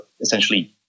essentially